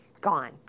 gone